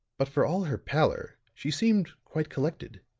but for all her pallor she seemed quite collected,